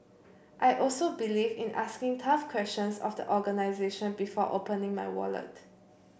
I also believe in asking tough questions of the organisation before opening my wallet